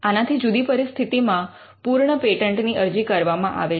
આનાથી જુદી પરિસ્થિતિમાં પૂર્ણ પેટન્ટની અરજી કરવામાં આવે છે